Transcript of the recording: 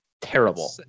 Terrible